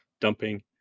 dumping